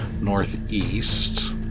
northeast